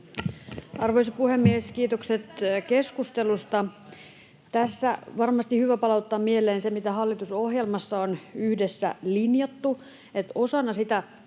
Arvoisa puhemies! Kiitokset keskustelusta! Tässä on varmasti hyvä palauttaa mieleen se, mitä hallitusohjelmassa on yhdessä linjattu, eli että